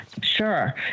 Sure